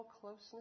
closeness